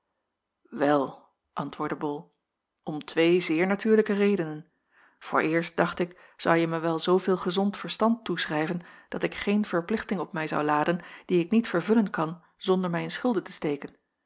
wel antwoordde bol om twee zeer natuurlijke redenen vooreerst dacht ik zouje mij wel zooveel gezond verstand toeschrijven dat ik geen verplichting op mij zou laden die ik niet vervullen kan zonder mij in schulden te steken